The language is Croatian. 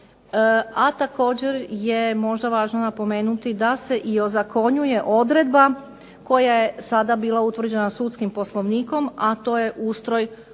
A također je možda važno napomenuti da se i ozakonjuje odredba koja je sada bila utvrđena sudskim poslovnikom, a to je ustroj uskočkih